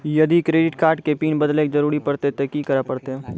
यदि credit card के PIN बदले के जरूरी परतै ते की करे परतै?